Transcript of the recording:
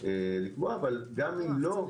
אבל גם אם לא,